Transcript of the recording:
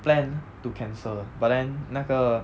planned to cancel but then 那个